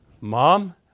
Mom